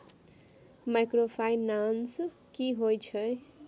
Microfinance की होय छै?